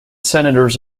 senators